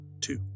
Two